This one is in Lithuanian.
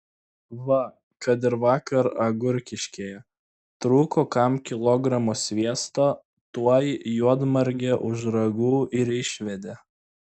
va kad ir vakar agurkiškėje trūko kam kilogramo sviesto tuoj juodmargę už ragų ir išvedė